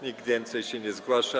Nikt więcej się nie zgłasza.